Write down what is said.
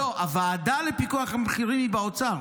הוועדה לפיקוח על המחירים היא באוצר,